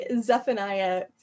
Zephaniah